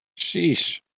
Sheesh